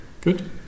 Good